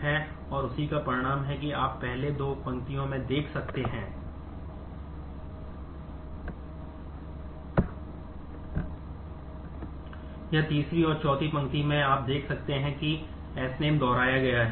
है और उसी का परिणाम है कि आप पहली दो पंक्तियों में देख सकते हैं या तीसरी और चौथी पंक्ति में आप देख सकते हैं कि Sname दोहराया गया है